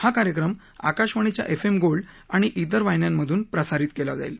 हा कार्यक्रम आकाशवाणीच्या एफ एम गोल्ड आणि विर वाहिन्यांमधून प्रसारित केलं जाईल